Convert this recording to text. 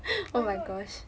my god